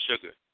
sugar